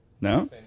no